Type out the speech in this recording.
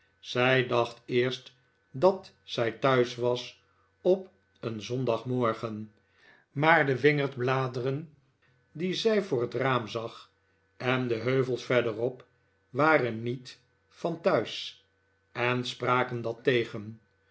zij dacht eerst dat zij thuis was op een zondagmorgen maar de wingerdbladeren die zij voor het raam zag en de heuvels verderop waren niet van thuis en spraken dat tegen